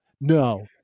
no